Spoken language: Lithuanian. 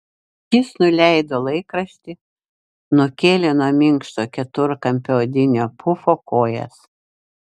jis nuleido laikraštį nukėlė nuo minkšto keturkampio odinio pufo kojas